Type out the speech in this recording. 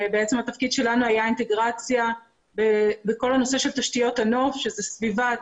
התפקיד שלנו היה אינטגרציה בכל הנושא של תשתיות הנוף שזה סביבה,